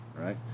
Right